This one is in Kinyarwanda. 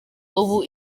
ubu